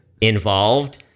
involved